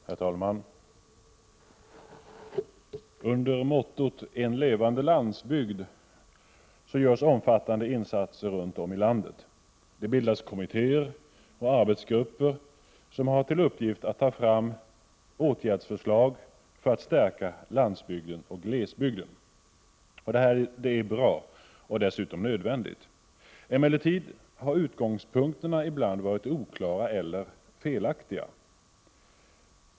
Herr talman! Under mottot ”en levande landsbygd” görs omfattande insatser runt om i landet. Det bildas kommittéer och arbetsgrupper som har till uppgift att ta fram åtgärdsförslag för att stärka landsbygden och glesbygden. Detta är bra och dessutom nödvändigt. Emellertid har utgångspunkterna ibland varit oklara eller felaktiga.